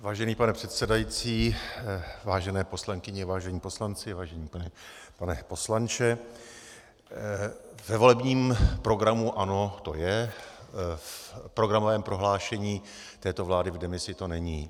Vážený pane předsedající, vážené poslankyně, vážení poslanci, vážený pane poslanče, ve volebním programu ANO to je, v programovém prohlášení této vlády v demisi to není.